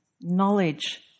knowledge